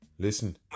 Listen